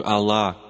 Allah